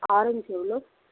orange எவ்வளோ